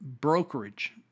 brokerage